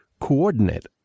coordinate